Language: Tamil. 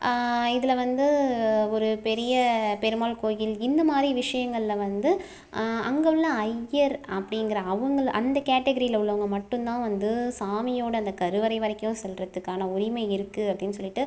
இதில் வந்து ஒரு பெரிய பெருமாள் கோயில் இந்த மாரி விஷியங்களில் வந்து அங்கே உள்ள ஐய்யர் அப்படிங்கிற அவங்கள் அந்த கேட்டகிரியில உள்ளவங்க மட்டும் தான் வந்து சாமியோட அந்த கருவறை வரைக்கும் செல்லுறத்துக்கான உரிமை இருக்கு அப்படின்னு சொல்லிவிட்டு